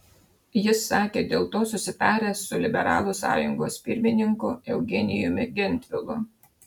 jis sakė dėl to susitaręs su liberalų sąjungos pirmininku eugenijumi gentvilu